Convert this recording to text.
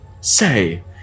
Say